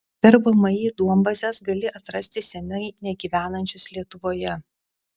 per vmi duombazes gali atrasti senai negyvenančius lietuvoje